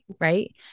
right